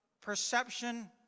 perception